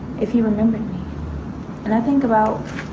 if he remembered. and i think about,